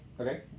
Okay